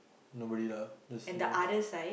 nobody lah just you know